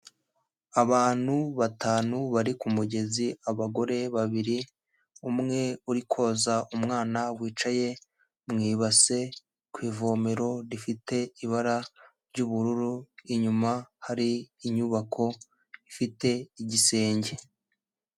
Abantu batanu bari ku mugezi abagore babiri, umwe uri koza umwana wicaye mu ibase, ku ivomero rifite ibara ry'ubururu, inyuma hari inyubako ifite igisenge.